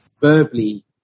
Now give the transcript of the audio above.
verbally